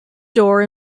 door